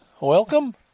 Welcome